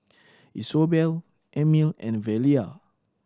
Isobel Emil and Velia